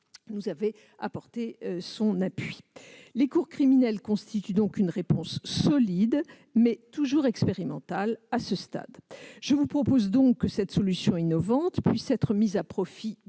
nous avait apporté son appui. Les cours criminelles constituent donc une réponse solide, bien que toujours expérimentale à ce stade. Je vous propose que cette solution innovante puisse être mise à profit